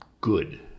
good